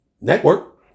Network